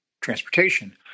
transportation